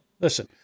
Listen